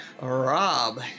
Rob